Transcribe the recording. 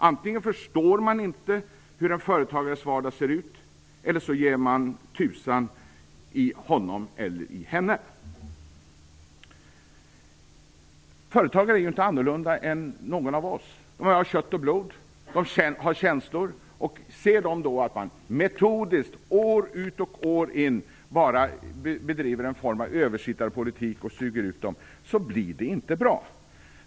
Antingen förstår man inte hur en företagares vardag ser ut, eller också ger man tusan i honom eller henne. Företagare är inte annorlunda än någon av oss. De är av kött och blod. De har känslor. Om de då ser att man metodiskt, år ut och år in, bara driver en form av översittarpolitik och suger ut dem blir det inte bra.